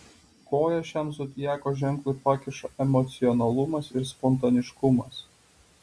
koją šiam zodiako ženklui pakiša emocionalumas ir spontaniškumas